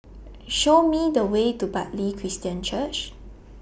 Show Me The Way to Bartley Christian Church